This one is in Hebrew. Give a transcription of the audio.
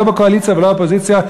לא בקואליציה ולא באופוזיציה,